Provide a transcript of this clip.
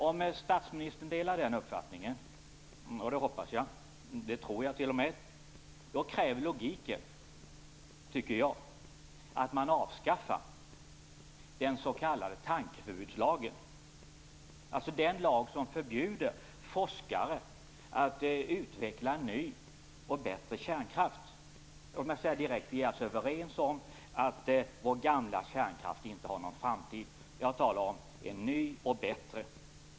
Om statsministern delar den uppfattningen - och det hoppas och tror jag - kräver logiken, tycker jag, att man avskaffar den s.k. tankeförbudslagen, dvs. den lag som förbjuder forskare att utveckla ny och bättre kärnkraft. Låt mig direkt få säga att vi är överens om att vår gamla kärnkraft inte har någon framtid. Jag talar om en ny och bättre.